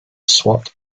swat